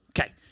Okay